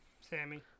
Sammy